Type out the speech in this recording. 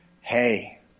Hey